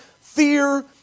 fear